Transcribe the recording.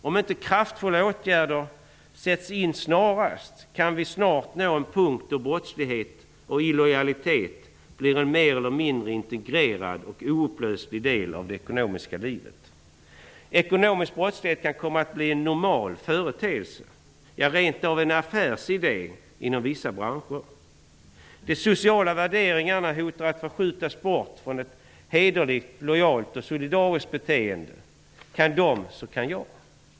Om inte kraftfulla åtgärder sätts in snarast kan vi snart nå en punkt då brottslighet och illojalitet blir en mer eller mindre integrerad och oupplöslig del av det ekonomiska livet. Ekonomisk brottslighet kan komma att bli en normal företeelse, ja rent av en affärsidé inom vissa branscher. De sociala värderingarna hotar att förskjutas bort från ett hederligt, lojalt och solidariskt beteende. Man säger: Kan de så kan jag.